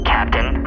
Captain